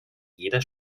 jeder